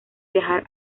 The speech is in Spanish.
viajar